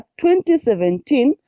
2017